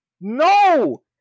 No